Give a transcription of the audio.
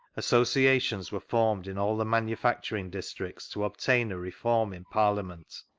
associations were formed in all the manufacturing districts to obtain a reform in parliament.